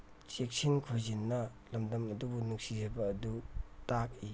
ꯆꯦꯛꯁꯤꯟ ꯈꯣꯏꯖꯤꯟꯅ ꯂꯝꯗꯝ ꯑꯗꯨꯕꯨ ꯅꯨꯡꯁꯤꯖꯕ ꯑꯗꯨ ꯇꯥꯛꯏ